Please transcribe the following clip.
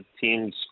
teams